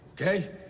okay